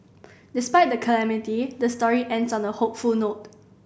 despite the calamity the story ends on a hopeful note